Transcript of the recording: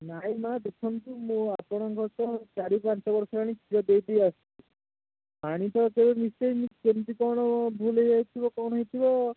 ନାହିଁ ମାଆ ଦେଖନ୍ତୁ ମୁଁ ଆପଣଙ୍କ ସହ ଚାରି ପାଞ୍ଚ ବର୍ଷ ହେଲାଣି କ୍ଷୀର ଦେଇ ଦେଇ ଆସୁଛି ପାଣି ତ କେବେ ମିଶାଇନି କେମ୍ତି କ'ଣ ଭୁଲ ହେଇଯାଇଥିବ କ'ଣ ହେଇଥିବ